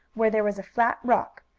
where there was a flat rock,